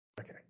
Okay